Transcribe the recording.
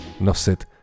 nosit